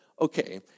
okay